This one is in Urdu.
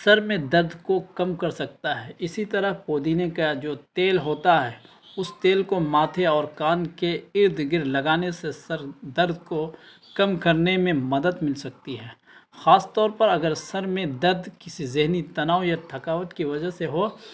سر میں درد کو کم کر سکتا ہے اسی طرح پودینے کا جو تیل ہوتا ہے اس تیل کو ماتھے اور کان کے ارد گر لگانے سے سر درد کو کم کرنے میں مدد مل سکتی ہے خاص طور پر اگر سر میں درد کسی ذہنی تناؤ یا تھکاوٹ کی وجہ سے ہو